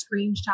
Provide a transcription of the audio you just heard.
screenshot